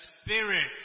spirit